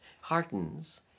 heartens